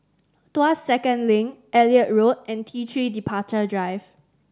Tuas Second Link Elliot Road and T Three Departure Drive